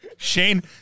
Shane